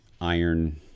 iron